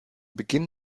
beginn